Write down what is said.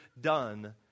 done